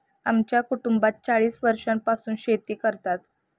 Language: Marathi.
आमच्या कुटुंबात चाळीस वर्षांपासून शेती करतात